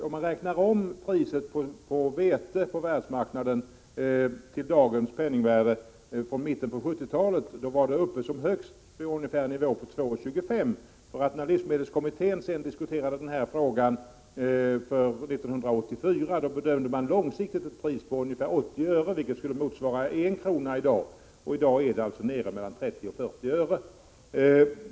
Om man räknar om världsmarknadspriset på vete från mitten av 1970-talet till dagens penningvärde hamnar man som högst vid en nivå på 2,25. När livsmedelskommittén diskuterade denna fråga 1984 bedömde man att priset långsiktigt skulle ligga på 80 öre, vilket i dag skulle motsvara 1 kr. I dag är priset nere på mellan 30 och 40 öre.